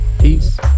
peace